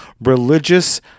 Religious